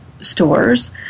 stores